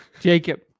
Jacob